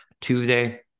Tuesday